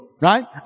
Right